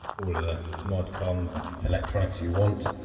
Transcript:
all of the mod cons and electronics you want